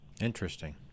interesting